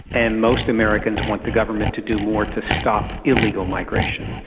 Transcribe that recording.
and most americans want the government to do more to stop illegal migration.